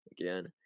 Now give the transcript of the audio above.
again